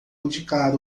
indicar